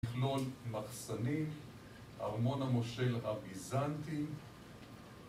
מכלול מחסני, ארמון המושל הביזנטי